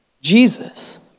Jesus